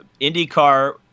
IndyCar